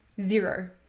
Zero